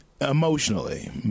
Emotionally